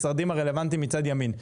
משרדים הרלבנטיים מצד ימין,